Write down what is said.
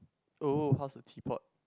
oh how's the teapot